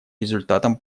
результатом